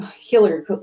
Hillary